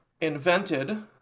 Invented